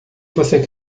você